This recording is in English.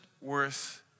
worth